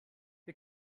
wir